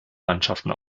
mannschaften